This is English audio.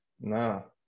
No